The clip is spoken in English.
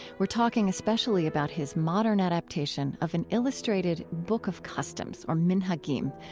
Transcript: we're talking especially about his modern adaptation of an illustrated book of customs, or minhagim,